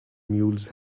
mules